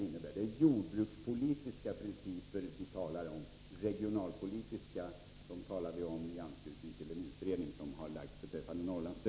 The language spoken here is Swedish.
Det är jordbrukspolitiska principer vi talar om. Regionalpolitiska principer talar vi om i anslutning till den 101